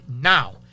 Now